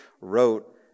wrote